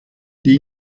die